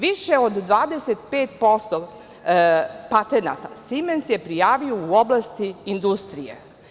Više od 25% patenata „Simens“ je prijavio u oblasti industrije.